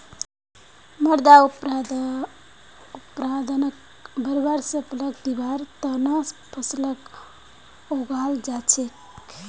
मृदा अपरदनक बढ़वार फ़सलक दिबार त न फसलक उगाल जा छेक